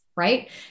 Right